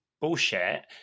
bullshit